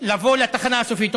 לבוא לתחנה הסופית.